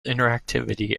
interactivity